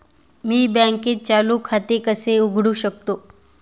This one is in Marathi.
मी बँकेत चालू खाते कसे उघडू शकतो?